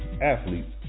athletes